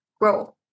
grow